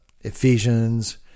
Ephesians